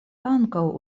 ankaŭ